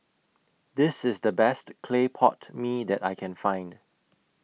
This IS The Best Clay Pot Mee that I Can Find